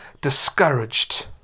discouraged